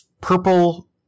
purple